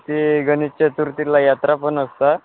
तिथे गणेश चतुर्थिला यात्रा पण असतात